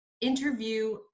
interview